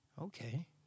okay